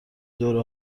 دوره